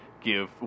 give